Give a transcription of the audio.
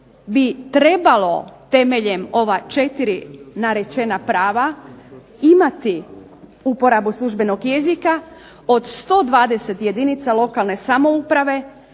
bi trebalo temeljem ova četiri rečena prava imati na uporabu službenog jezika od 120 jedinica lokalne samouprave,